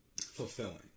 fulfilling